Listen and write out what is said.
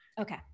Okay